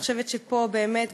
אני חושבת שפה באמת,